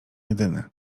jedyny